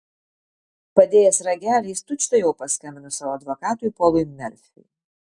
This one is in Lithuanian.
padėjęs ragelį jis tučtuojau paskambino savo advokatui polui merfiui